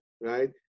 Right